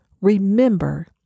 remember